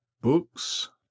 Books